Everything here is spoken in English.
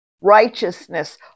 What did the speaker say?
Righteousness